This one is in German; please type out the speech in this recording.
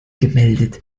gemeldet